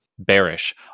bearish